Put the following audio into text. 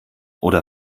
oder